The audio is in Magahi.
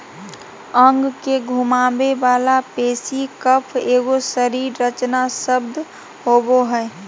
अंग के घुमावे वाला पेशी कफ एगो शरीर रचना शब्द होबो हइ